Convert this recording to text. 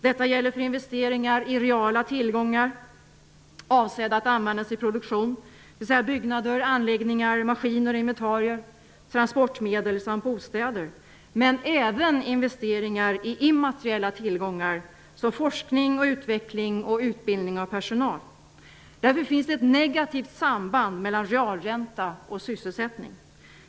Detta gäller för investeringar i reala tillgångar, avsedda att användas i produktion, dvs. byggnader, anläggningar, maskiner och inventarier, transportmedel samt bostäder, men det gäller även investeringar i immateriella tillgångar, som forskning och utveckling och utbildning av personal. Därför finns ett negativt samband mellan realränta och sysselsättning.